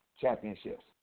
championships